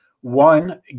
one